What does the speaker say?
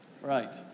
Right